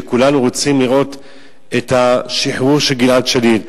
כולנו רוצים לראות את השחרור של גלעד שליט.